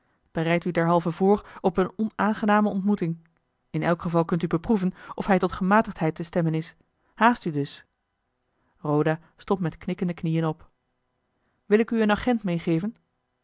bereid u derhalve voor op eene onaangename ontmoeting in elk geval kunt u beproeven of hij tot gematigdheid te stemmen is haast u dus roda stond met knikkende knieën op wil ik u een agent meegeven